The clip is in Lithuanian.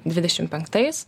dvidešim penktais